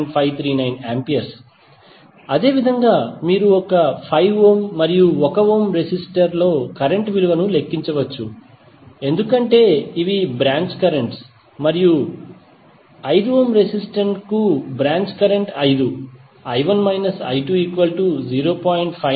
539 A అదేవిధంగా మీరు 5 ohm మరియు 1 ఓం రెసిస్టర్ లో కరెంట్ విలువను లెక్కించవచ్చు ఎందుకంటే ఇవి బ్రాంచ్ కరెంట్ స్ మరియు 5 ఓం రెసిస్టెన్స్ కు బ్రాంచ్ కరెంట్ 5 I1 I2 0